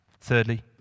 Thirdly